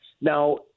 Now